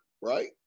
right